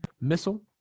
missile